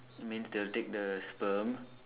means they will take the sperm